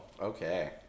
okay